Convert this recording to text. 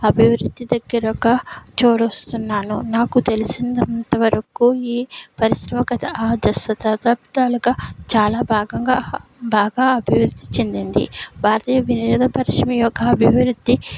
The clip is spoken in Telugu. అభివృద్ధి దగ్గర ఒక చోరొస్తున్నాను నాకు తెలిసినంత వరకు ఈ పరిశ్రమ కథ అర్ద శతాబ్దాలుగా చాలా భాగంగా బాగా అభివృద్ధి చెందింది భారతీయ వినోద పరిశ్రమ యొక్క అభివృద్ధి